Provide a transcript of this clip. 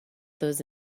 those